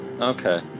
Okay